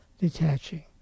detaching